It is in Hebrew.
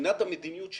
מבחינת המדיניות שלי,